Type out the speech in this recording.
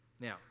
Now